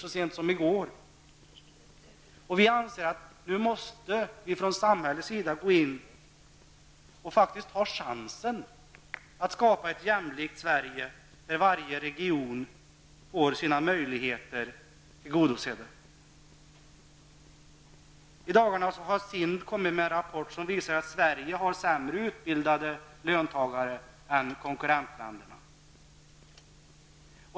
Så sent som i går fick vi nya, skrämmande siffror. Vi anser att samhället nu faktiskt måste ta chansen att skapa ett jämlikt Sverige där varje region ges möjligheter till utveckling. I dagarna har SIND lagt fram en rapport som visar att Sverige har sämre utbildade löntagare än konkurrentländerna.